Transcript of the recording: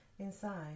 Inside